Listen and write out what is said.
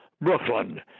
Brooklyn